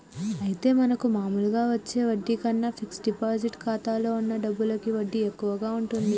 అయితే మనకు మామూలుగా వచ్చే వడ్డీ కన్నా ఫిక్స్ డిపాజిట్ ఖాతాలో ఉన్న డబ్బులకి వడ్డీ ఎక్కువగా ఉంటుంది